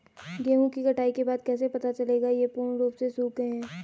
गेहूँ की कटाई के बाद कैसे पता चलेगा ये पूर्ण रूप से सूख गए हैं?